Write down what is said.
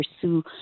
pursue